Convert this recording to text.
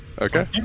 Okay